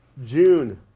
june.